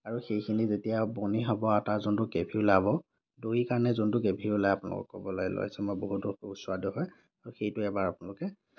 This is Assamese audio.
আৰু সেইখিনি যেতিয়া আৰু বনি হ'ব আৰু তাৰ যোনটো গ্ৰেভী ওলাব দৈৰ কাৰণে যোনটো গ্ৰেভী ওলাব আপোনালোকক ক'বলৈ লৈছোঁ মই বহুতো সুস্বাদু হয় আৰু সেইটো এবাৰ আপোনালোকে